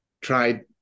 tried